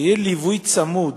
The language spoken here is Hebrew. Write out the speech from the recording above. שיהיה ליווי צמוד